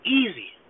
easy